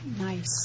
Nice